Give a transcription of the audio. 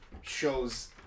shows